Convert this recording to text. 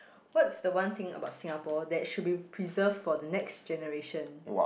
what's the one thing about Singapore that should be preserved for the next generation